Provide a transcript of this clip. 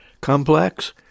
Complex